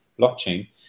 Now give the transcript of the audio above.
blockchain